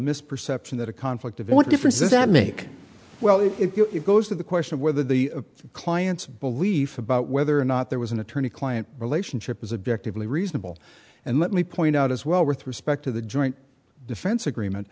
misperception that a conflict of what difference does that make well if it goes to the question of whether the clients belief about whether or not there was an attorney client relationship was objective only reasonable and let me point out as well with respect to the joint defense agreement